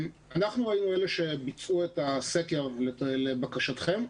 אנחנו היינו אלה שביצעו את הסקר לבקשתכם,